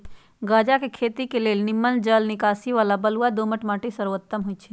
गञजा के खेती के लेल निम्मन जल निकासी बला बलुआ दोमट माटि सर्वोत्तम होइ छइ